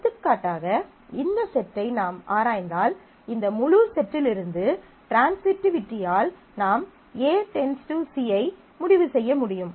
எடுத்துக்காட்டாக இந்த செட் ஐ நாம் ஆராய்ந்தால் இந்த முழு செட்டில் இருந்து ட்ரான்சிட்டிவிட்டியால் நாம் A → C ஐ முடிவு செய்ய முடியும்